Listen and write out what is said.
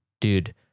Dude